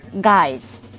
guys